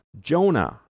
Jonah